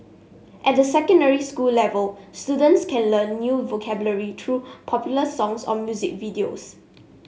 at the secondary school level students can learn new vocabulary through popular songs or music videos